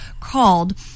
called